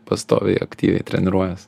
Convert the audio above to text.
pastoviai aktyviai treniruojuos